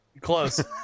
Close